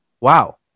Wow